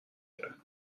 کرد